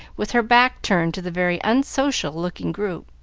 with her back turned to the very unsocial-looking group.